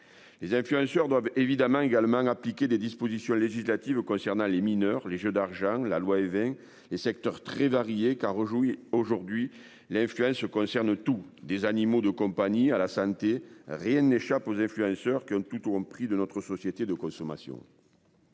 Les évacuations doivent évidemment également appliquer des dispositions législatives concernant les mineurs, les jeux d'argent. La loi Évin, les secteurs très variés, qui a rejoint aujourd'hui la RTS concerne tous des animaux de compagnie à la santé, rien n'échappe aux influenceurs qui ont tous, tous ont pris de notre société de consommation.